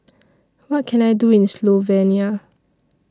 What Can I Do in Slovenia